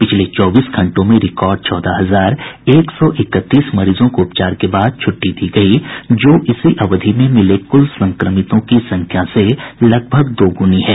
पिछले चौबीस घंटों में रिकार्ड चौदह हजार एक सौ इकतीस मरीजों को उपचार के बाद छुट्टी दी गयी जो इसी अवधि में मिले कुल संक्रमितों की संख्या से लगभग दुगुनी है